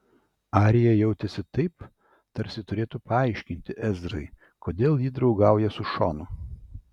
arija jautėsi taip tarsi turėtų paaiškinti ezrai kodėl ji draugauja su šonu